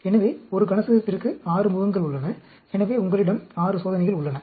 எனவே ஒரு கனசதுரத்திற்கு 6 முகங்கள் உள்ளன எனவே உங்களிடம் 6 சோதனைகள் உள்ளன